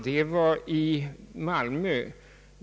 Det var i Malmö.